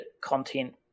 content